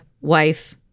wife